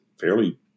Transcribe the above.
fairly